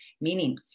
meaning